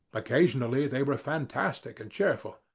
occasionally they were fantastic and cheerful.